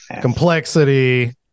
complexity